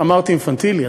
אמרת אינפנטילי.